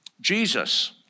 Jesus